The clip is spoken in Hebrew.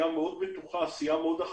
בטוחה מאוד,